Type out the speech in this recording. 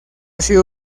sido